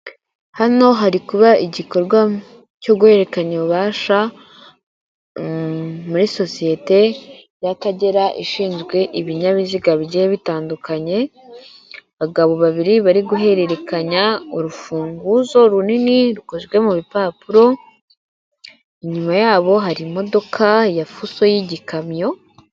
Hano hari kuba igikorwa cyo guhererekanya ububasha muri sosiyete ya Akagera ,ibinyabiziga bigiye bitandukanye, abagabo babiri bari guhererekanya urufunguzo runini rukozwe mubi papuro, inyuma y'aho hari imodoka ya fuso y'igikamyo.